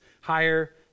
higher